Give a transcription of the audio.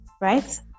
right